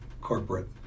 corporate